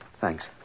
Thanks